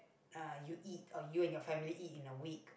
uh you eat or you and your family eat in a week